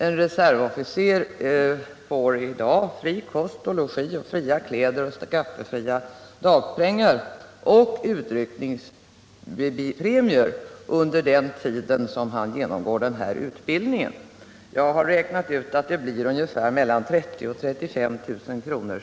En reservofficer får fri kost och logi, fria kläder och skattefria dagpengar samt utryckningspremier under den tid då han genomgår denna utbildning. Jag har räknat ut att detta blir 30 000-35 000 kr.